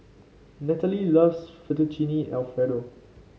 Nataly loves Fettuccine Alfredo